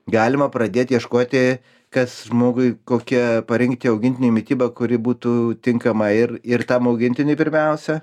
galima pradėt ieškoti kas žmogui kokia parinkti augintiniui mityba kuri būtų tinkama ir ir tam augintiniui pirmiausia